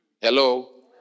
Hello